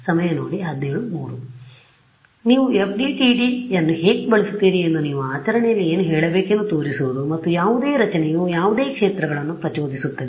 ಮತ್ತು ಆದ್ದರಿಂದ ನೀವು FDTD ಯನ್ನು ಹೇಗೆ ಬಳಸುತ್ತೀರಿ ಎಂದು ನೀವು ಆಚರಣೆಯಲ್ಲಿ ಏನು ಹೇಳಬೇಕೆಂದು ತೋರಿಸುವುದು ಮತ್ತು ಯಾವುದೇ ರಚನೆಯು ಯಾವುದೇ ಕ್ಷೇತ್ರಗಳನ್ನು ಪ್ರಚೋದಿಸುತ್ತದೆ